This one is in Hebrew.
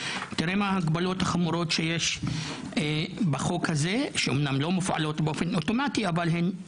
אמנם ההגבלות החמורות שיש בחוק הזה לא מופעלות באופן אוטומטי אבל הן